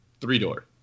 three-door